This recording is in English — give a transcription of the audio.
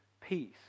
peace